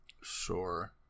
sure